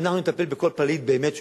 אנחנו נטפל בכל פליט שהוא באמת פליט,